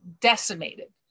decimated